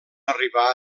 arribar